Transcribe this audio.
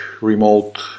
remote